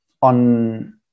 on